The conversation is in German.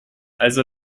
also